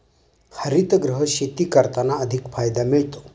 हरितगृह शेती करताना अधिक फायदा मिळतो